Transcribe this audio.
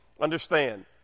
Understand